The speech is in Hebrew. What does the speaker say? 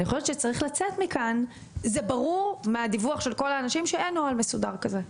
מהדיווח של כל האנשים ברור שאין נוהל מסודר כזה.